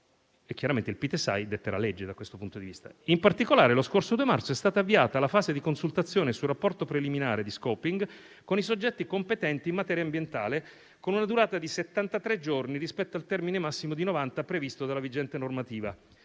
chiaramente, detterà legge da questo punto di vista. In particolare, lo scorso 2 marzo è stata avviata la fase di consultazione sul rapporto preliminare di *scoping* con i soggetti competenti in materia ambientale con una durata di settantatré giorni rispetto al termine massimo di novanta previsto dalla vigente normativa.